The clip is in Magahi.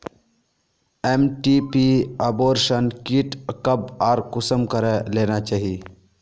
एम.टी.पी अबोर्शन कीट कब आर कुंसम करे लेना चही?